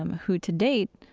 um who, to date,